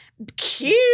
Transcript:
cute